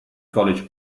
college